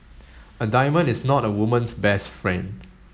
a diamond is not a woman's best friend